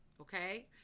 Okay